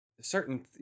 certain